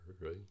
right